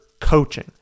coaching